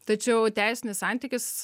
tačiau teisinis santykis